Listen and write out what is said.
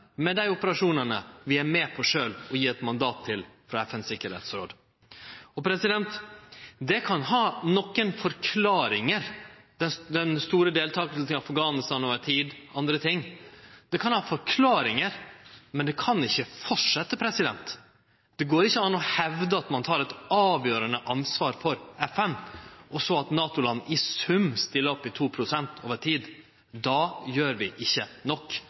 med dei operasjonane vi er med på sjølve å gi eit mandat til frå FNs tryggingsråd. Det kan ha nokre forklaringar – den store deltakinga i Afghanistan over tid o.a. – men det kan ikkje fortsetje. Det går ikkje an å hevde at ein tek eit avgjerande ansvar for FN og så stiller NATO-landa i sum opp med 2 pst. over tid. Då gjer vi ikkje nok